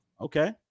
Okay